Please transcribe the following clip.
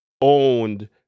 owned